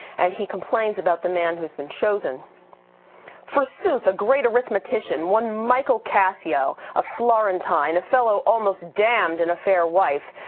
and he complains about the man who's been chosen forsooth, a great arithmetician, one michael cassio, a florentine, a fellow almost damned in a fair wife,